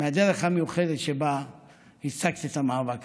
מהדרך המיוחדת שבה השגת את המאבק הזה.